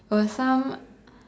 it was some